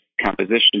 composition